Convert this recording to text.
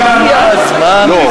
למה?